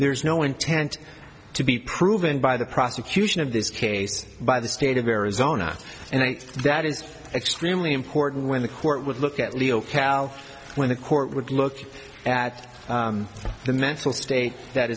there's no intent to be proven by the prosecution of this case by the state of arizona and that is extremely important when the court would look at leo pal when the court would look at the mental state that